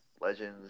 Legends